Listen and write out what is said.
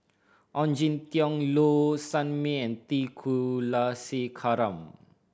Ong Jin Teong Low Sanmay and T Kulasekaram